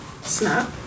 snap